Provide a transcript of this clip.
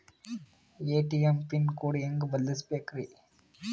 ATM pin code ಹೆಂಗ್ ಬದಲ್ಸ್ಬೇಕ್ರಿ?